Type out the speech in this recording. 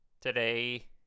today